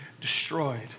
destroyed